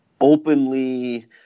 openly